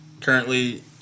currently